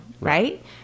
right